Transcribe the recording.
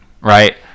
right